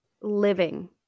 living